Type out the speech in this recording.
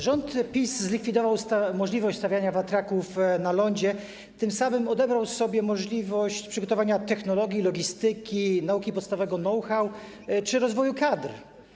Rząd PiS zlikwidował możliwość stawiania wiatraków na lądzie, tym samym odebrał sobie możliwość przygotowania technologii i logistyki, nauki podstawowego know-how czy rozwoju kadr.